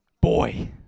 Boy